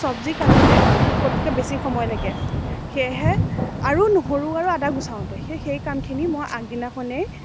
চবজি কাঁটোতে সকলোতকৈ বেছি সময় লাগে সেয়েহে আৰু নহৰু আৰু আদা গুচাওঁতে সেই কামখিনি মই আগদিনাখনেই